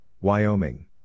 Wyoming